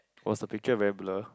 was the picture very blur